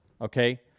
Okay